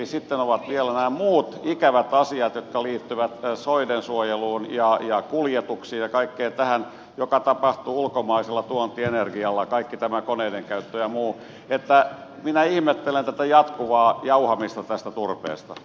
sitten ovat vielä nämä muut ikävät asiat jotka liittyvät soiden suojeluun ja kuljetuksiin ja kaikkeen tähän joka tapahtuu ulkomaisella tuontienergialla kaikki tämän koneiden käyttö ja muu niin että minä ihmettelen tätä jatkuvaa jauhamista tästä turpeesta